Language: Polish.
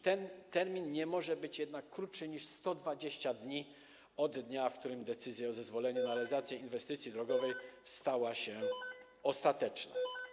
Ten termin nie może być jednak krótszy niż 120 dni, licząc od dnia, w którym decyzja o zezwoleniu na realizację inwestycji drogowej stała się ostateczna.